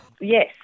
Yes